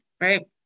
right